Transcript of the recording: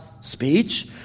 speech